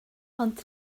ond